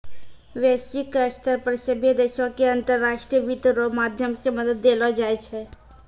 वैश्विक स्तर पर सभ्भे देशो के अन्तर्राष्ट्रीय वित्त रो माध्यम से मदद देलो जाय छै